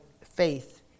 faith